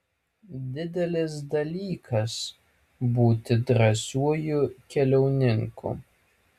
didelis dalykas būti drąsiuoju keliauninku